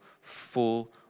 full